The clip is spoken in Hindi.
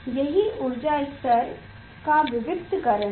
यही ऊर्जा स्तर की विवक्तकरण है